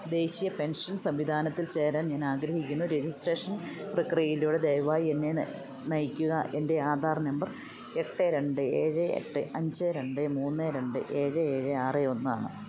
ദേശീയ പെൻഷൻ സംവിധാനത്തിൽ ചേരാൻ ഞാനാഗ്രഹിക്കുന്നു രജിസ്ട്രേഷൻ പ്രക്രിയയിലൂടെ ദയവായി എന്നെ നയിക്കുക എൻ്റെ ആധാർ നമ്പർ എട്ട് രണ്ട് ഏഴ് എട്ട് അഞ്ച് രണ്ട് മൂന്ന് രണ്ട് ഏഴ് ഏഴ് ആറ് ഒന്നാണ്